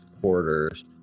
quarters